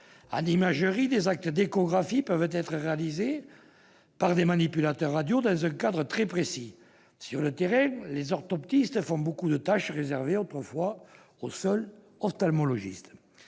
En imagerie, des actes d'échographie peuvent être accomplis par des manipulateurs radio dans un cadre très précis. Sur le terrain, les orthoptistes effectuent de nombreuses tâches réservées autrefois aux seuls ophtalmologistes.